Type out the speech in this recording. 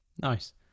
nice